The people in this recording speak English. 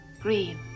green